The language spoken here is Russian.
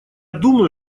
думаю